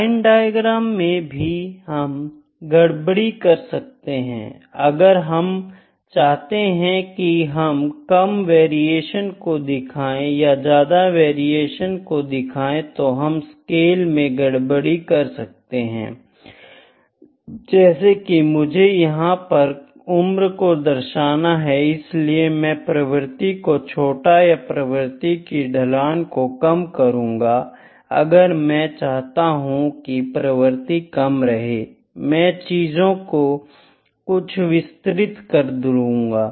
line diagram में भी हम गड़बड़ी कर सकते हैं अगर हम चाहते हैं कि हम कम वेरिएशन को दिखाएं या ज्यादा वेरिएशन को दिखाएं तो हम स्केल में गड़बड़ी कर सकते हैं जैसे कि मुझे यहां पर उम्र को दर्शाना है इसलिए मैं प्रवृत्ति को छोटा और प्रवृत्ति की ढलान को कम करूंगा अगर मैं यह चाहता हूं की प्रवृत्ति कम रहे मैं कुछ चीजों को विस्तृत कर लूंगा